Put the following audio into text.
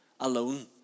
alone